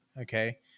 okay